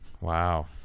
wow